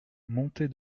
montée